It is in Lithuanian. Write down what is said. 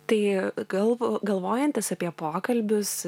tai galv galvojantys apie pokalbius